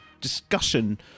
discussion